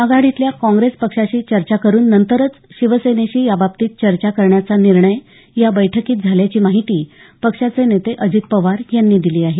आघाडीतील काँग्रेस पक्षाशी चर्चा करून नंतरच शिवसेनेशी याबाबतीत चर्चा करण्याचा निर्णय या बैठकीत झाल्याची माहिती पक्षाचे नेते अजित पवार यांनी दिली आहे